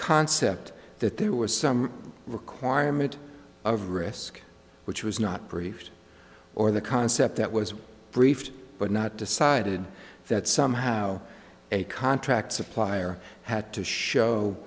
concept that there was some requirement of risk which was not briefed or the concept that was briefed but not decided that somehow a contract supplier had to show